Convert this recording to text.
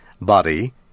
body